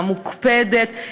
המוקפדת,